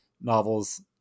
novels